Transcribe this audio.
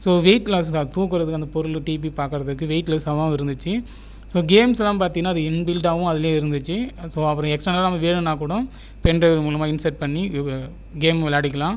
so weight லாஸ்த்தான் தூக்குகிறதுக்கு அந்த பொருள் டிபி பார்க்குறதுக்கு வெயிட் லெஸ்சாவும் இருந்துச்சி ஸோ கேம்ஸ்லாம் பார்த்தீங்கனா அது இன்பில்ட்டாவும் அதில் இருந்துச்சு ஸோ அப்றோம் எக்ஸ்டர்னலா வேணுனா கூட பென்ட்ரைவ் மூலிமா இன்சர்ட் பண்ணி கேம் விளாயாடிக்லாம்